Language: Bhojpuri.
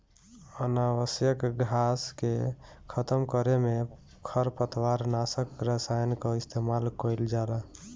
अनावश्यक घास के खतम करे में खरपतवार नाशक रसायन कअ इस्तेमाल कइल जाला